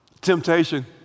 Temptation